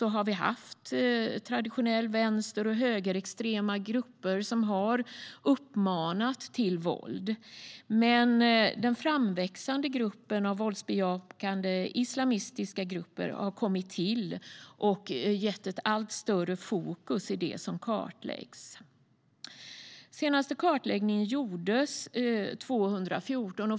Vi har traditionellt haft vänster och högerextrema grupper som har uppmanat till våld. Men den framväxande gruppen av våldsbejakande islamistiska extremister har kommit till och gett ett allt större fokus i det som kartläggs. Den senaste kartläggningen gjordes 2014.